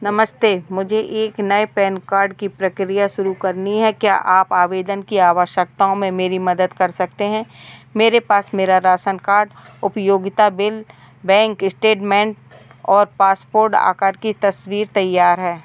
नमस्ते मुझे एक नए पैन कार्ड की प्रक्रिया शुरू करनी है क्या आप आवेदन की आवश्यकताओं में मेरी मदद कर सकते हैं मेरे पास मेरा राशन कार्ड उपयोगिता बिल बैंक एस्टेटमेन्ट और पासपोर्ट आकार की तस्वीर तैयार है